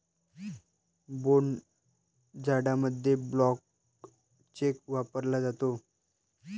भोट जाडामध्ये blank cheque वापरला जातो